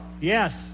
Yes